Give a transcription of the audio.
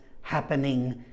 happening